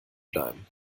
bleiben